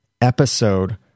episode